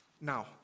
Now